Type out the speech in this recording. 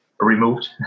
removed